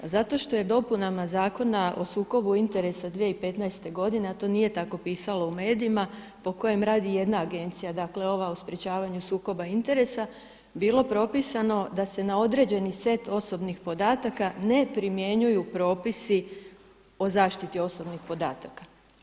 Zato što je dopunama Zakona o sukobu interesa 2015. godine, a to nije tako pisalo u medijima po kojem radi jedna agencija dakle ova o sprečavanju sukoba interesa, bilo propisano da se na određeni set osobnih podataka ne primjenjuju propisi o zaštiti osobnih podataka.